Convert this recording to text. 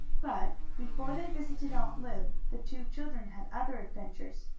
but, before they visited aunt lu, the two children had other adventures.